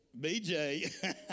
BJ